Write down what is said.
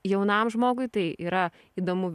jaunam žmogui tai yra įdomu